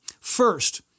First